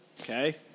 okay